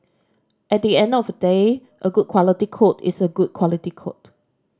at the end of the day a good quality code is a good quality code